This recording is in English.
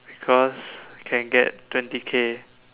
because can get twenty K